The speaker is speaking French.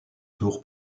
tour